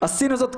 עשינו זאת,